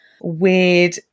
weird